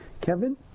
Kevin